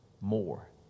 more